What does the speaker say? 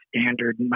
standard